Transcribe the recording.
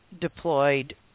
deployed